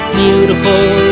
beautiful